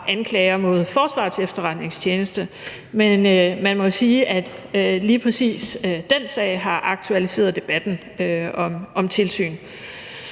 anklager mod Forsvarets Efterretningstjeneste. Men man må sige, at lige præcis den sag har aktualiseret debatten om tilsyn.